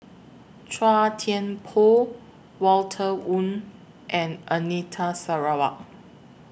Chua Thian Poh Walter Woon and Anita Sarawak